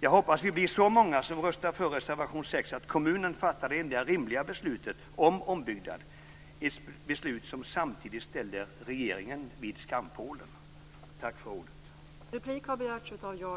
Jag hoppas att vi blir så många som röstar för reservation 6 att kammaren fattar det enda rimliga beslutet om ombyggnad - ett beslut som samtidigt ställer regeringen vid skampålen. Tack för ordet.